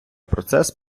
процес